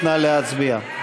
נא להצביע.